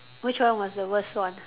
which one was the worst one